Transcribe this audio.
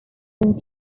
them